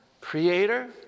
creator